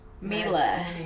Mila